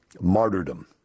martyrdom